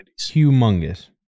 Humongous